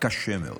קשה מאוד.